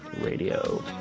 Radio